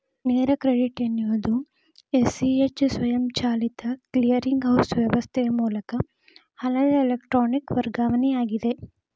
ನೇರ ಕ್ರೆಡಿಟ್ ಎನ್ನುವುದು A, C, H ಸ್ವಯಂಚಾಲಿತ ಕ್ಲಿಯರಿಂಗ್ ಹೌಸ್ ವ್ಯವಸ್ಥೆಯ ಮೂಲಕ ಹಣದ ಎಲೆಕ್ಟ್ರಾನಿಕ್ ವರ್ಗಾವಣೆಯಾಗಿದೆ